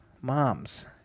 moms